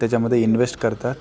त्याच्यामध्ये इन्व्हेस्ट करतात